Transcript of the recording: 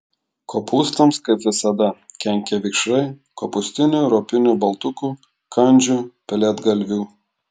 kopūstams kaip visada kenkia vikšrai kopūstinių ropinių baltukų kandžių pelėdgalvių